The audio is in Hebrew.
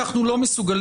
אנחנו לא מסוגלים,